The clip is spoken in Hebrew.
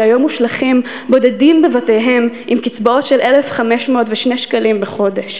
שהיום מושלכים בודדים בבתיהם עם קצבאות של 1,502 ש"ח בחודש,